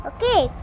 Okay